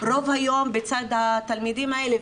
רוב היום בצד התלמידים האלה,